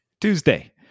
Tuesday